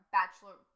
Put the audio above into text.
bachelor